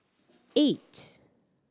eight